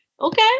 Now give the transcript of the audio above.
Okay